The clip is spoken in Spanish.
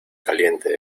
caliente